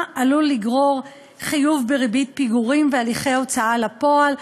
עלולה לגרור חיוב בריבית פיגורים והליכי הוצאה לפועל.